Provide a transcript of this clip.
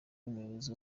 umuyobozi